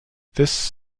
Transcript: this